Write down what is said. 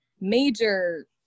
major